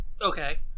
okay